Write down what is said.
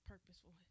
purposeful